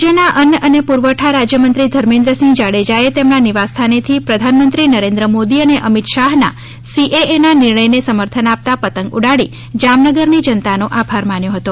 રાજ્યના અન્ન અને પુરવઠા રાજ્યમંત્રી ધર્મેન્દ્રસિંહ જાડેજાએ તેમના નિવાસ સ્થાનેથી પ્રધાન મંત્રીનરેન્દ્ર મોદી અને અમિત શાહના સીએએના નિર્ણયને સમર્થન આપતા પતંગ ઉડાડી જામનગરની જનતાનો આભાર માન્યો હતો